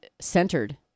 centered